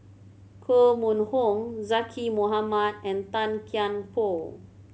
Koh Mun Hong Zaqy Mohamad and Tan Kian Por